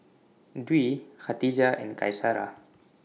Dwi Khatijah and Qaisara